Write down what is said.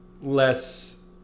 less